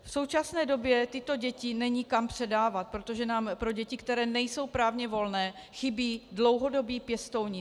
V současné době tyto děti není kam předávat, protože nám pro děti, které nejsou právně volné, chybí dlouhodobí pěstouni.